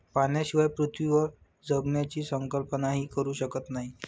पाण्याशिवाय पृथ्वीवर जगण्याची कल्पनाही करू शकत नाही